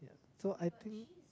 so I think